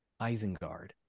Isengard